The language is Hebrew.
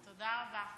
תודה רבה.